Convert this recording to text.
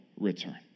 return